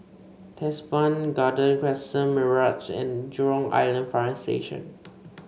Teban Garden Crescent Mirage and Jurong Island Fire Station